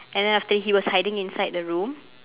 and then after that he was hiding inside the room